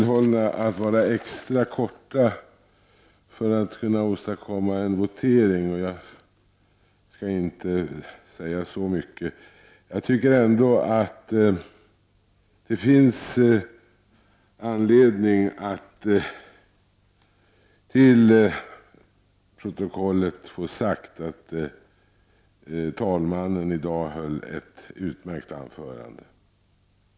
Herr talman! Jag skall inte säga så mycket, men det finns anledning att föra till protokollet att talmannen i dag höll ett utmärkt anförande.